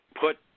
put –